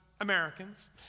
Americans